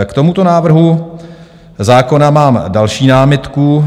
K tomuto návrhu zákona mám další námitku.